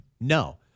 No